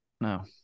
No